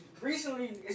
recently